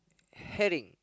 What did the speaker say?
herring